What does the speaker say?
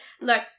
look